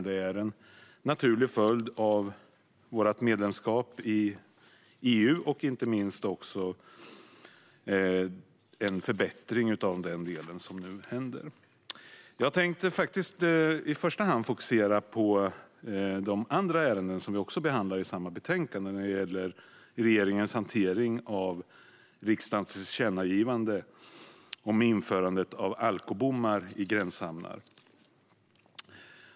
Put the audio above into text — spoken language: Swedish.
Detta är en naturlig följd av vårt medlemskap i EU och inte minst en förbättring. Jag tänkte faktiskt i första hand fokusera på de andra ärenden som vi också behandlar i samma betänkande. Först gäller det regeringens hantering av riksdagens tillkännagivande om införandet av alkobommar i gränshamnar.